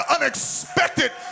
unexpected